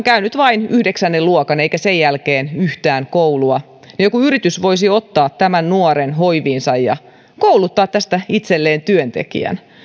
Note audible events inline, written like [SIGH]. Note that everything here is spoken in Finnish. [UNINTELLIGIBLE] käynyt vain yhdeksännen luokan eikä sen jälkeen yhtään koulua niin joku yritys voisi ottaa tämän nuoren hoiviinsa ja kouluttaa tästä itselleen työntekijän